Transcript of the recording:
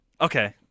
Okay